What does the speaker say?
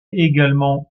également